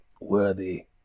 worthy